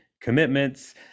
commitments